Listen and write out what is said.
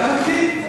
כך אני מבין.